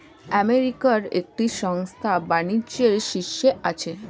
আমেরিকার একটি সংস্থা বাণিজ্যের শীর্ষে আছে